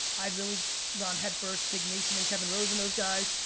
i had really gone head first, digged nation and kevin rose and those guys.